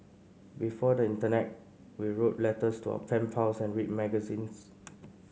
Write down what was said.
before the internet we wrote letters to our pen pals and read magazines